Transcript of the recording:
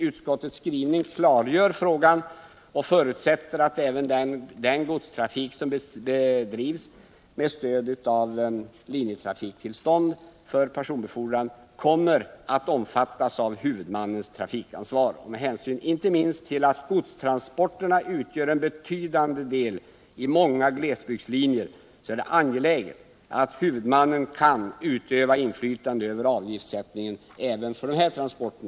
Utskottets skrivning klargör frågan och förutsätter att även den godstrafik som bedrivs med stöd av linjetrafiktillstånd för personbefordran kommer att omfattas av huvudmannens trafikansvar. Med hänsyn inte minst till att godstransporterna utgör en betydande del på många glesbygdslinjer är det angeläget att huvudmannen kan utöva inflytande över avgiftssättningen även för dessa transporter.